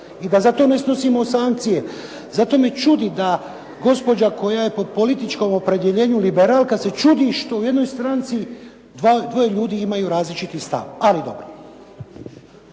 i da za to ne snosimo sankcije. Zato me čudi da je gospođa koja je po političkom opredjeljenju liberalka se čudi što u jednoj stranci dvoje ljudi imaju različiti stav, ali dobro.